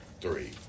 Three